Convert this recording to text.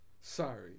Sorry